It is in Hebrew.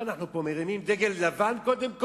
מה, אנחנו מרימים דגל לבן קודם כול?